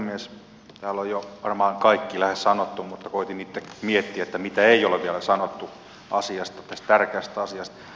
täällä on jo varmaan kaikki lähes sanottu mutta koetin itse miettiä mitä ei ole vielä sanottu tästä tärkeästä asiasta